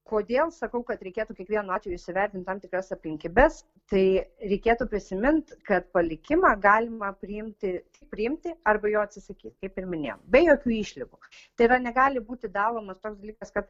kodėl sakau kad reikėtų kiekvienu atveju įsivertint tam tikras aplinkybes tai reikėtų prisimint kad palikimą galima priimti priimti arba jo atsisakyt kaip ir minėjau be jokių išlygų tai yra negali būti dalomas toks dalykas kad